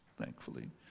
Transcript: thankfully